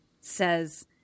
Says